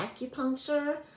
acupuncture